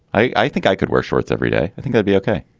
i i think i could wear shorts every day. i think i'd be ok